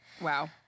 wow